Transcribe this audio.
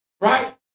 Right